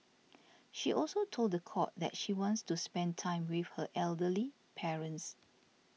she also told the court that she wants to spend time with her elderly parents